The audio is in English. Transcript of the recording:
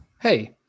Hey